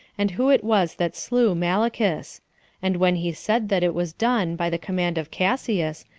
and who it was that slew malichus and when he said that it was done by the command of cassius,